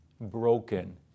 broken